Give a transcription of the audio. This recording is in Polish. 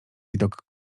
widok